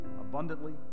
abundantly